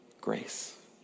grace